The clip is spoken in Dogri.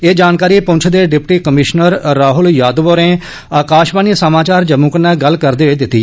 एह् जानकारी प्रंछ दे डिप्टी कमिशनर राहल यादव होरें आकशवाणी समाचार जम्मू कन्नै गल्ल करदे होई दित्ती